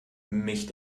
mich